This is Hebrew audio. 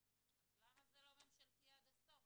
אז למה זה לא ממשלתי עד הסוף?